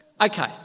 Okay